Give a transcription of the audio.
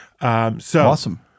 Awesome